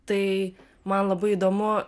tai man labai įdomu